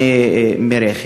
מרכב.